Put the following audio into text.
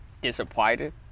disappointed